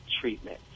treatment